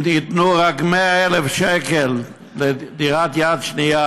אם ייתנו רק 100,000 שקל לדירת יד שנייה,